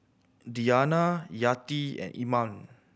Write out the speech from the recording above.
Diyana Yati and Iman